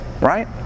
right